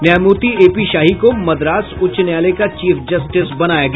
न्यायमूर्ति एपी शाही को मद्रास उच्च न्यायालय का चीफ जस्टिस बनाया गया